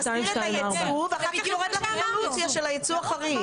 נבהיר את זה.